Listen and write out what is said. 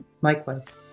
Likewise